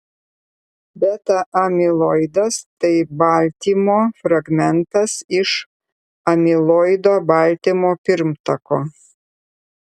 beta amiloidas tai baltymo fragmentas iš amiloido baltymo pirmtako